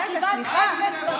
מה עשיתם?